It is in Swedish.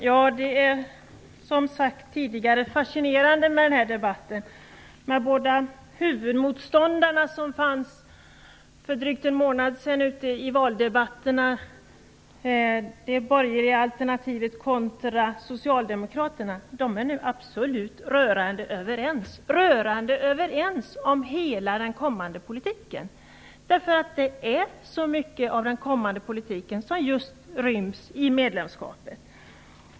Herr talman! Som tidigare sagt är det fascinerande i den här debatten att de båda huvudmotståndarna som fanns för drygt en månad sedan i valdebatterna - det borgerliga alternativet kontra Socialdemokraterna - nu är absolut rörande överens om hela den kommande politiken. Det är ju så mycket av den kommande politiken som ryms i medlemskapet.